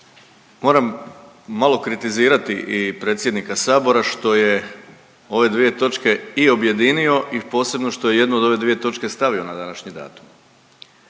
moram malo kritizirati i predsjednika Sabora što je ove dvije točke i objedinio i posebno što je jednu od ove dvije točke stavio na današnji datum.